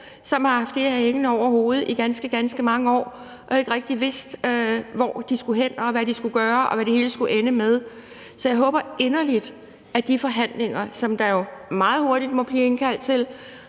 som har haft det her hængende over hovedet i ganske, ganske mange år og ikke rigtig vidst, hvor de skulle hen, hvad de skulle gøre, og hvad det hele skulle ende med. Så jeg håber inderligt, at der meget hurtigt må blive indkaldt til